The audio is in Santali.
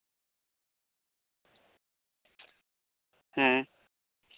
ᱦᱮᱸ